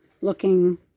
looking